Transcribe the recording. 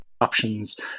options